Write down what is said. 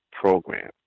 program